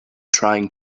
trying